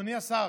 אדוני השר,